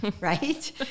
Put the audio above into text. right